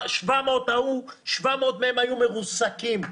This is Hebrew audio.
700 מהם היו מרוסקים.